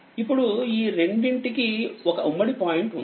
ఇప్పుడుఈరెండిటికి ఒక ఉమ్మడి పాయింట్ ఉంది